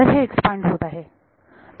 तर हे एक्सपांड होत आहे